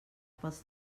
pels